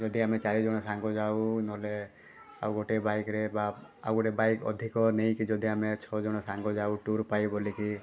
ଯଦି ଆମେ ଚାରିଜଣ ସାଙ୍ଗ ଯାଉ ନହେଲେ ଆଉ ଗୋଟେ ବାଇକ୍ରେ ବା ଆଉ ଗୋଟେ ବାଇକ୍ ଅଧିକ ନେଇକି ଯଦି ଆମେ ଛଅଜଣ ସାଙ୍ଗ ଯାଉ ଟୁର୍ ପାଇଁ ବୋଲିକି